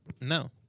No